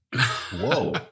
Whoa